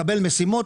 מקבל משימות,